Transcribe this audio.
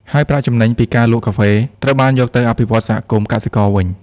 ហើយប្រាក់ចំណេញពីការលក់កាហ្វេ ត្រូវបានយកទៅអភិវឌ្ឍន៍សហគមន៍កសិករវិញ។